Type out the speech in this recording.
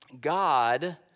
God